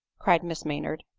cried miss maynard.